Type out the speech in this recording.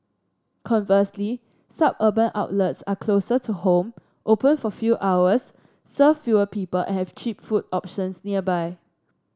conversely suburban outlets are closer to home open for few hours serve fewer people and have cheap food options nearby